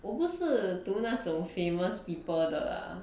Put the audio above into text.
我不是读那种 famous people 的 lah